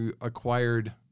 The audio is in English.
acquired